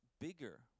bigger